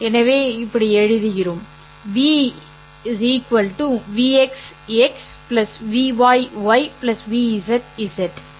எனவே இதை எழுதுகிறோம் V Vx x̂Vy ŷVz ẑ